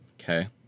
Okay